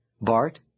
Bart